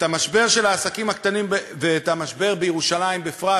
את המשבר של העסקים הקטנים ואת המשבר בירושלים בפרט,